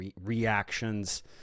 reactions